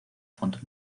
font